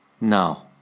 No